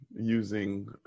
using